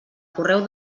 correu